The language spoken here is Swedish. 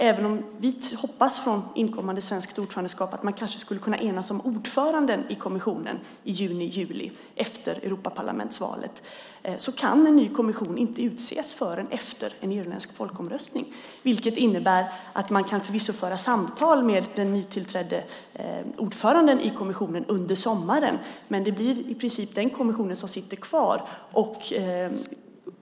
Även om vi hoppas från inkommande svenskt ordförandeskap att man kanske skulle kunna enas om ordförande i kommissionen i juni-juli efter Europaparlamentsvalet kan en ny kommission inte utses förrän efter en irländsk folkomröstning. Det innebär att man förvisso kan föra samtal med den nytillträdde ordföranden i kommissionen under sommaren, men det blir i princip den gamla kommissionen som sitter kvar.